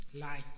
Light